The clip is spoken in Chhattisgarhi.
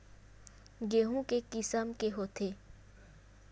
गेहूं के किसम के होथे?